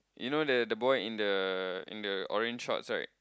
you know the the boy in the in the orange shorts right